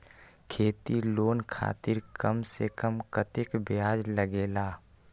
खेती लोन खातीर कम से कम कतेक ब्याज लगेला?